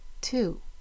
Two